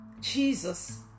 Jesus